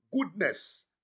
goodness